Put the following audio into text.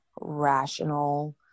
rational